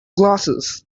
glasses